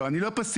לא, אני לא פסיבי.